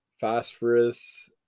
Phosphorus